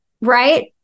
Right